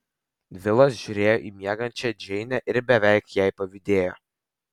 vilas žiūrėjo į miegančią džeinę ir beveik jai pavydėjo